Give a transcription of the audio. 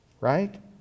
right